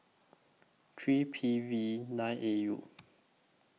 three P V nine A U